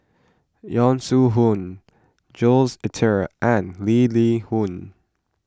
Yong Shu Hoong Jules Itier and Lee Li Hui